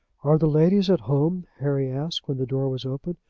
are the ladies at home? harry asked, when the door was opened.